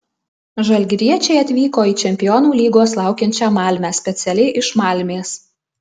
žalgiriečiai atvyko į čempionų lygos laukiančią malmę specialiai iš malmės